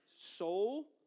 soul